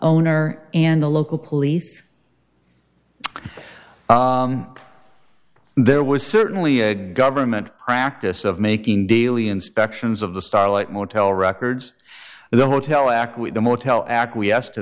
owner and the local police there was certainly a government practice of making daily inspections of the starlight motel records the hotel act with the motel acquiesce to